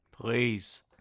Please